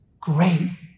great